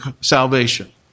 salvation